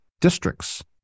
districts